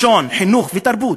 לשון, חינוך ותרבות.